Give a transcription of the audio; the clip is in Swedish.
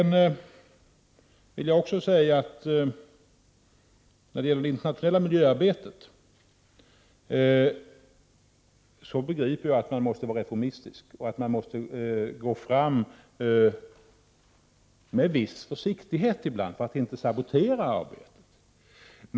När det gäller det internationella miljöarbetet begriper jag att man måste vara reformistisk och gå fram med viss försiktighet ibland för att inte sabotera 105 arbetet.